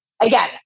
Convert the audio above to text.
again